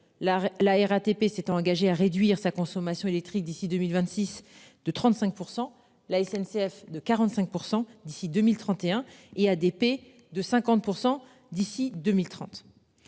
la RATP s'est engagée à réduire sa consommation électrique d'ici 2026 de 35% la SNCF de 45% d'ici 2031 et ADP de 50% d'ici 2030.